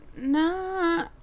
No